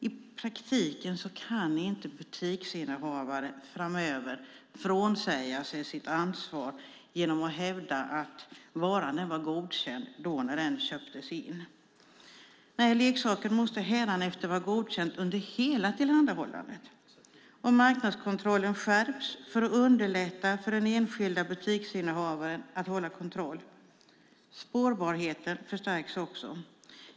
I praktiken kan inte butiksinnehavare framöver frånsäga sig sitt ansvar genom att hävda att varan var godkänd då den köptes in. Leksaken måste hädanefter vara godkänd under hela tillhandahållandet. Marknadskontrollen skärps för att underlätta för den enskilda butiksinnehavaren att hålla kontroll. Spårbarheten förstärks också.